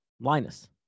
Linus